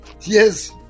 Yes